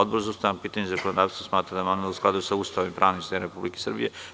Odbor za ustavna pitanja i zakonodavstvo smatra da je amandman u skladu sa Ustavom i pravnim sistemom Republike Srbije.